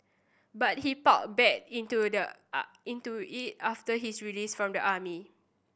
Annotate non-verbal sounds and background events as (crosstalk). but he (unintelligible) back into the a into it after his release from the army